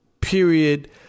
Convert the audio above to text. Period